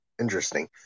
Interesting